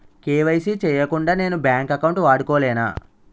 KYC చేయకుండా నేను bank account వాడుకొలేన?